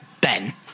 Ben